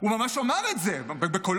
הוא ממש אמר את זה בקולו,